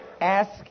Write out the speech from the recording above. Ask